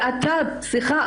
סליחה,